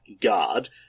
guard